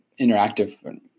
interactive